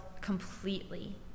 completely